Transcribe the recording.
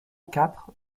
quatre